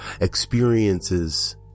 experiences